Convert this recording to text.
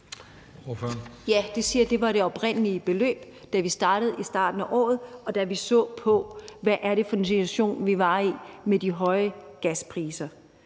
Ja, det var det oprindelige beløb, da vi begyndte i starten af året, og da vi så på, hvad for en situation vi var i med de høje gaspriser.